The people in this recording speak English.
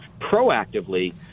proactively